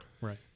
Right